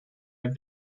have